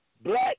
black